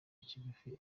kigufi